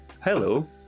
Hello